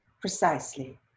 precisely